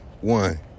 One